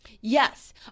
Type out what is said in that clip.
Yes